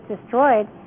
destroyed